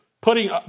putting